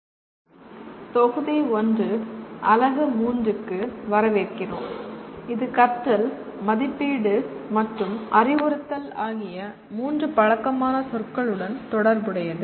கற்றல் அறிவுறுத்தல் மற்றும் மதிப்பீடு தொகுதி 1 அலகு 3 க்கு வரவேற்கிறோம் இது கற்றல் மதிப்பீடு மற்றும் அறிவுறுத்தல் ஆகிய மூன்று பழக்கமான சொற்களுடன் தொடர்புடையது